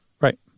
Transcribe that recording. Right